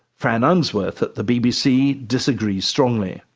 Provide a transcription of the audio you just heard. fran unsworth at the bbc disagrees strongly.